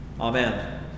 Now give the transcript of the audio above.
Amen